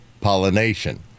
pollination